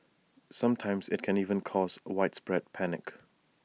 sometimes IT can even cause widespread panic